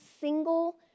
single